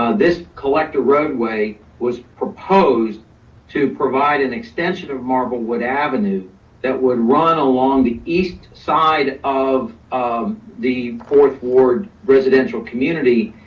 ah this collector roadway was proposed to provide an extension of marble wood avenue that would run along the east side of of the fourth ward, residential community,